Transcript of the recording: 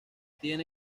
tiene